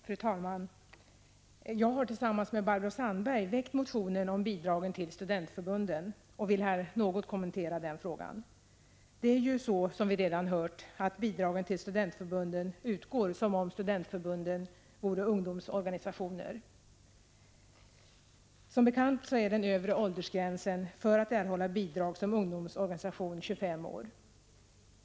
Fru talman! Jag har tillsammans med Barbro Sandberg väckt motionen om bidragen till studentförbunden och vill här något kommentera den frågan. Det är ju så, som vi redan hört, att bidragen till studentförbunden utgår som om studentförbunden vore ungdomsorganisationer. Som bekant är den övre åldersgränsen för att erhålla bidrag som ungdomsorganisation 25 år när det gäller medlemmarna.